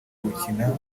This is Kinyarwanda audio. kuwukina